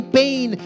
pain